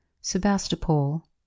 Sebastopol